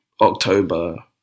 october